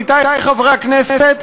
עמיתי חברי הכנסת,